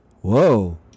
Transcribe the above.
Whoa